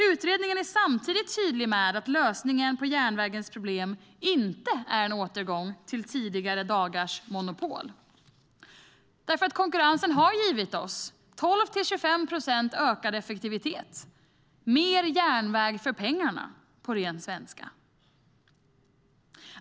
Utredningen är samtidigt tydlig med att lösningen på järnvägens problem inte är en återgång till tidigare dagars monopol. Konkurrensen har givit oss 12-25 procents ökad effektivitet: mer järnväg för pengarna på ren svenska.